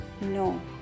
No